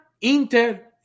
Inter